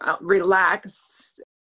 relaxed